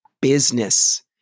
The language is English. business